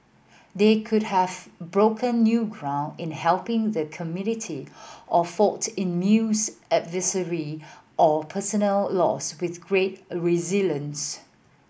they could have broken new ground in helping the community or fought immense adversity or personal loss with great resilience